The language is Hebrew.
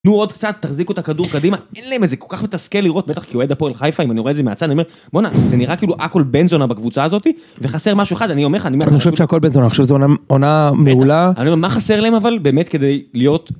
נו עוד קצת תחזיק אותה כדור קדימה אין להם איזה כל כך מתסכל לראות בטח כי הוא אוהד הפועל חיפה אם אני רואה את זה מהצד אני אומר בוא נה זה נראה כאילו אכול בנזונה בקבוצה הזאתי וחסר משהו אחד אני אומר לך אני אומר לך אני חושב שהכל בנזונה זה עונה מעולה אני אומר מה חסר להם אבל באמת כדי להיות.